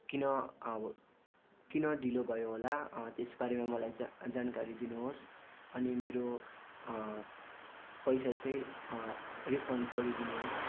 किन अब किन ढिलो भयो होला त्यस बारेमा मलाई जा जानकारी दिनुहोस् अनि मेरो पैसा चाहिँ रिफन्ड गरिदिनुहोस्